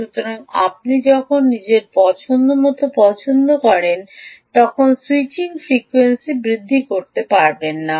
সুতরাং আপনি যখন নিজের পছন্দমতো পছন্দ করেন তখন স্যুইচিং ফ্রিকোয়েন্সি বৃদ্ধি করতে পারবেন না